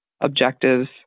objectives